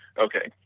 okay?